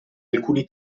alcuni